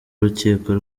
urukiko